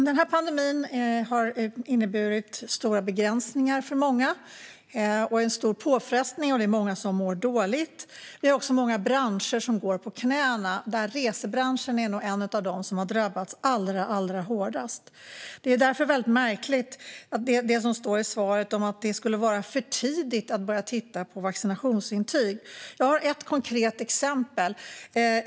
Fru talman! Pandemin har inneburit stora begränsningar och påfrestningar för många, och många mår dåligt. Det är också många branscher som går på knäna. Resebranschen är en av dem som har drabbats allra hårdast. Det är därför märkligt att som i svaret säga att det skulle vara för tidigt att börja titta på vaccinationsintyg. Jag har ett konkret exempel.